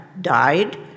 died